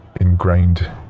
ingrained